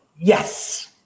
Yes